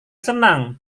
senang